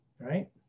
right